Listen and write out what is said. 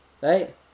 Right